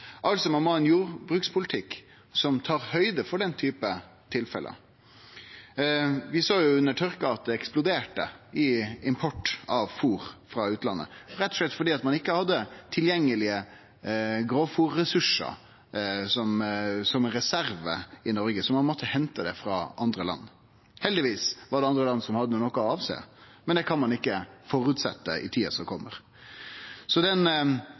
altså ha ein jordbrukspolitikk som tar høgd for den typen tilfelle. Under tørka såg vi at det eksploderte i import av fôr frå utlandet, rett og slett fordi ein ikkje hadde tilgjengelege grovfôrressursar som reserve i Noreg, så ein måtte hente det frå andre land. Heldigvis var det andre land som hadde noko å unnvere, men det kan ein ikkje gå ut frå i tida som kjem. Den